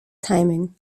timing